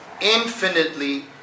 infinitely